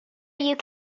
you